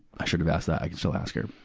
i should have asked that. i can still ask her.